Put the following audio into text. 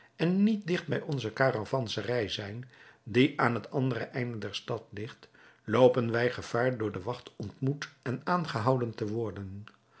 en niet digt bij onze karavanserij zijn die aan het andere einde der stad ligt loopen wij gevaar door de wacht ontmoet en aangehouden te worden